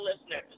listeners